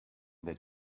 that